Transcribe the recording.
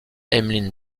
emmeline